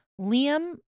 Liam